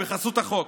בחסות החוק.